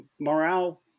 morale